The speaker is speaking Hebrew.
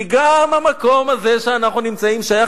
כי גם המקום הזה שאנחנו נמצאים בו שייך,